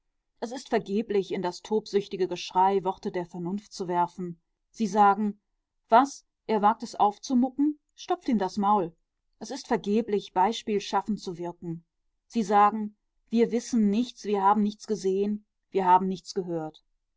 es ist vergeblich in das tobsüchtige geschrei worte der vernunft zu werfen sie sagen was er wagt es aufzumucken stopft ihm das maul es ist vergeblich beispielschaffend zu wirken sie sagen wir wissen nichts wir haben nichts gesehen wir haben nichts gehört